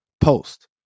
Post